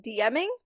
DMing